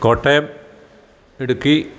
Kottayam Idukki